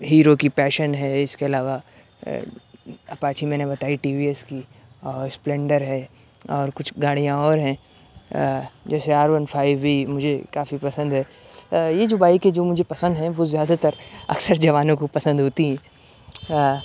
hero کی passion ہے اس کے علاوہ اپاچی میں نے بتائی ٹی وی ایس کی اور اسپلنڈر ہے اور کچھ گاڑیاں اور ہیں جیسے آر ون فائیو بھی مجھے کافی پسند ہے یہ جو بائکیں مجھے پسند ہیں وہ زیادہ تر اکثر جوانوں کو پسند ہوتی ہیں